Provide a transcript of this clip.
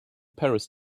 paris